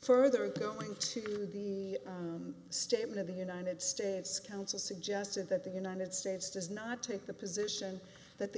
further appealing to the statement of the united states counsel suggested that the united states does not take the position that the